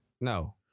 no